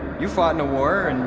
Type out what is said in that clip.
you fought in a war,